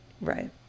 Right